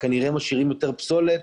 וכנראה משאירים יותר פסולת,